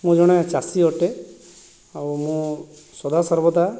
ମୁଁ ଜଣେ ଚାଷୀ ଅଟେ ଆଉ ମୁଁ ସଦାସର୍ବଦା